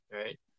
right